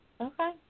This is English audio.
Okay